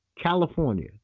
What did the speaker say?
California